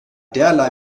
derlei